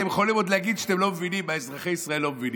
אתם עוד יכולים להגיד שאתם לא מבינים מה אזרחי ישראל לא מבינים.